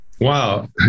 Wow